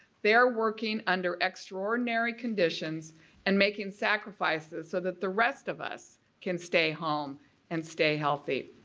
they're working under extraordinary conditions and making sacrifices so that the rest of us can stay home and stay healthy.